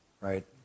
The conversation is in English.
right